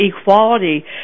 equality